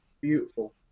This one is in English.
beautiful